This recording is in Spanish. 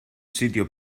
sitio